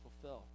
fulfill